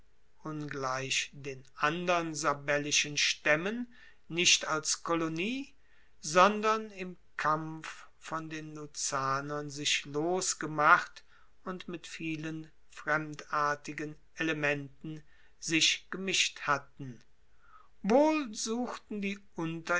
ungleich den andern sabellischen staemmen nicht als kolonie sondern im kampf von den lucanern sich losgemacht und mit vielen fremdartigen elementen sich gemischt hatten wohl suchten die